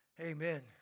amen